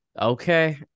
Okay